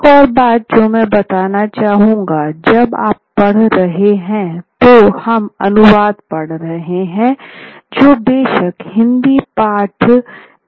एक और बात जो मैं बताना चाहूंगा जब आप पढ़ रहे हैं तो हम अनुवाद पढ़ रहे हैं जो बेशक हिंदी पाठ में भी उपलब्ध है